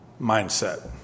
mindset